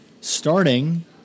Starting